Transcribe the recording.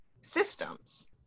systems